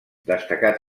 destacat